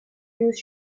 news